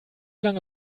lange